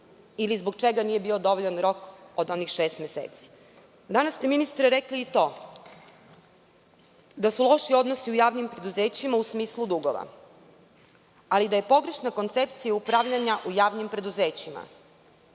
ili zbog čega nije bio dovoljan rok od onih šest meseci? Ministre, danas ste rekli i to da su loši odnosi u javnim preduzećima u smislu dugova, ali da je pogrešna koncepcija upravljanja u javnim preduzećima.